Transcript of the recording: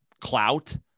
clout